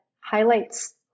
highlights